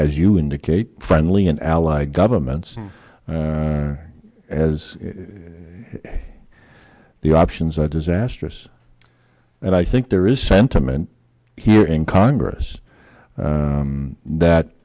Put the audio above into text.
as you indicate friendly an ally governments as the options are disastrous and i think there is a sentiment here in congress that